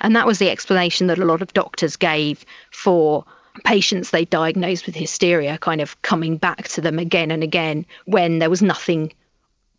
and that was the explanation that a lot of doctors gave for patients they diagnosed with hysteria kind of coming back to them again and again when there was nothing